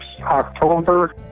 October